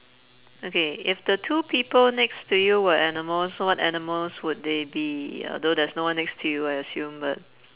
okay if the two people next to you were animals what animals would they be although there's no one next to you I assume but